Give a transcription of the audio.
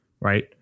right